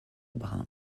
brun